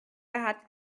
hat